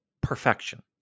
perfection